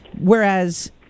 Whereas